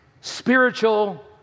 spiritual